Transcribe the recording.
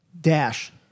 Dash